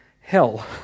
hell